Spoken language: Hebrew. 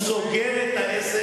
אלא אם הוא סוגר את העסק.